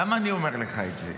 למה אני אומר לך את זה?